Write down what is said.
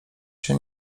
się